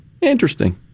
interesting